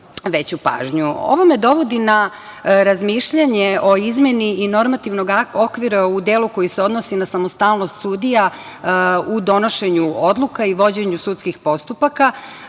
me dovodi na razmišljanje o izmeni i normativnog okvira u delu koji se odnosi na samostalnost sudija u donošenju odluka i vođenju sudskih postupaka,